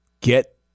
get